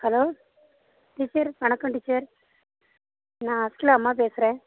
hello teacher வணக்கம் teacher நான் அஸ்லா அம்மா பேசுகிறேன்